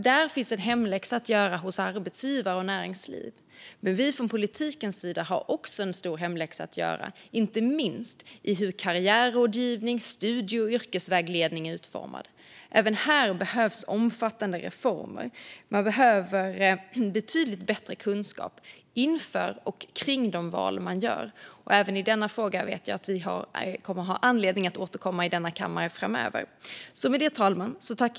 Där finns en hemläxa att göra för arbetsgivare och näringsliv. Men vi från politikens sida har också en stor hemläxa att göra, inte minst vad gäller hur karriärrådgivning och studie och yrkesvägledning utformas. Även här behövs omfattande reformer. Man behöver betydligt bättre kunskap inför och kring de val man gör. Även denna fråga vet jag att vi kommer att ha anledning att återkomma till i denna kammare framöver. Fru talman!